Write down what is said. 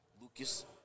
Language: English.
Lucas